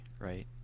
right